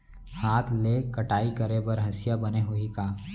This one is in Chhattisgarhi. हाथ ले कटाई करे बर हसिया बने होही का?